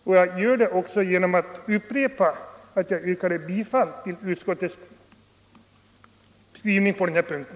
Och jag gör det genom att upprepa att jag yrkar bifall till utskottets hemställan på den här punkten.